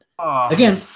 Again